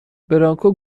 برانکو